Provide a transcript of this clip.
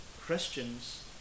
Christians